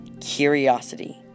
curiosity